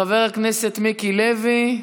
חבר הכנסת מיקי לוי,